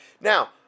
Now